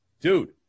dude